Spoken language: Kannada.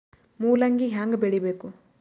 ಮೂಲಂಗಿ ಹ್ಯಾಂಗ ಬೆಳಿಬೇಕು?